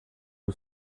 who